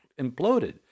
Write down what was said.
imploded